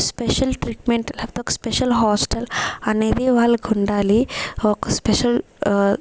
special treatment లేకపోతే ఒక special hostel అనేది వాళ్ళకుండాలి ఒక స్పెషల్